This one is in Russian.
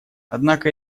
однако